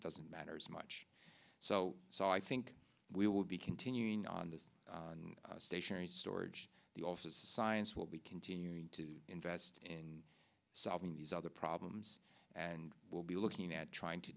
doesn't matter as much so so i think we will be continuing on the stationary storage the also science will be continuing to invest in solving these other problems and we'll be looking at trying to